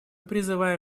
призываем